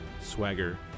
Swagger